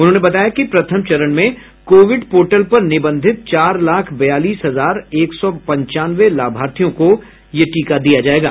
उन्होंने बताया कि प्रथम चरण में कोविड पोर्टल पर निबंधित चार लाख बयालीस हजार एक सौ पंचानवे लाभार्थियों को टीका दिया जायेगा